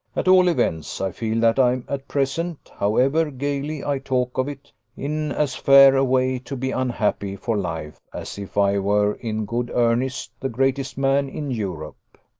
at all events, i feel that i am at present however gaily i talk of it in as fair a way to be unhappy for life, as if i were, in good earnest, the greatest man in europe.